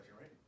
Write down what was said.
right